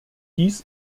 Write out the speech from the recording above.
dies